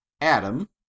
Adam